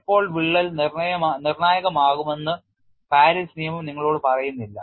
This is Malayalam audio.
എപ്പോൾ വിള്ളൽ നിർണായകമാകുമെന്ന് പാരീസ് നിയമം നിങ്ങളോട് പറയുന്നില്ല